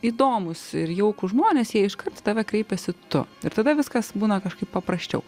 įdomūs ir jaukūs žmonės jie iškart į tave kreipiasi tu ir tada viskas būna kažkaip paprasčiau